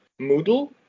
Moodle